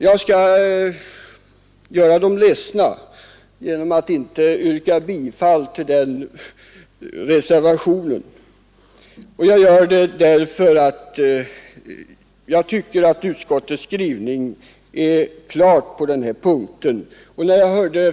Jag skall göra dem ledsna genom att inte yrka bifall till den reservationen. Anledningen är att jag tycker att utskottets skrivning är klar på denna punkt.